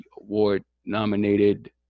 award-nominated